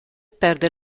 perde